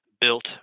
built